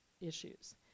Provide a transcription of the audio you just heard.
issues